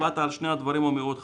המאוד חשובים.